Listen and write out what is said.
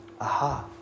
Aha